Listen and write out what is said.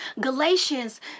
Galatians